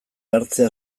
hartzea